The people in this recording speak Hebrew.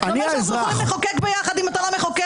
זה אומר שאנחנו יכולים לחוקק ביחד אם אתה לא מחוקק?